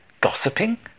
gossiping